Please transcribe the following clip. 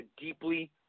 deeply